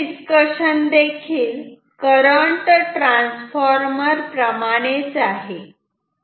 याचे डिस्कशन देखील current transformer प्रमाणेच आहे